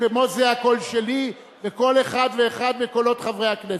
כמו זה הקול שלי וכל אחד ואחד מקולות חברי הכנסת.